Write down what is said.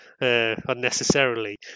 unnecessarily